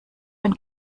ein